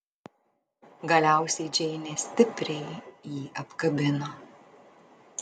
galiausiai džeinė stipriai jį apkabino